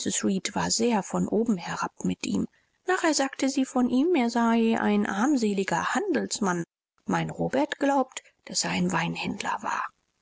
war sehr von oben herab mit ihm nachher sagte sie von ihm er sei ein armseliger handelsmann mein robert glaubt daß er ein weinhändler war